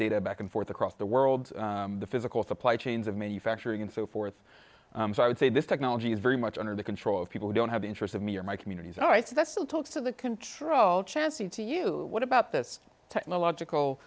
data back and forth across the world the physical supply chains of manufacturing and so forth so i would say this technology is very much under the control of people who don't have the interest of me or my communities and i say that's still talks of the control chancy to you what about this technological